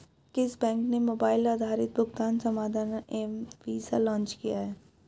किस बैंक ने मोबाइल आधारित भुगतान समाधान एम वीज़ा लॉन्च किया है?